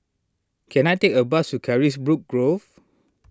can I take a bus to Carisbrooke Grove